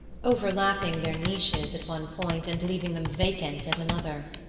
over-lapping their niches at one point and leaving them vacant at another.